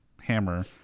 hammer